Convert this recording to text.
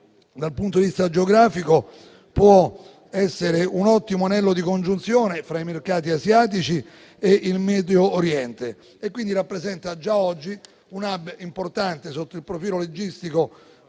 dal punto di vista geografico, può essere un ottimo anello di congiunzione fra i mercati asiatici e il Medio Oriente. Essa rappresenta già oggi un *hub* importante sotto il profilo logistico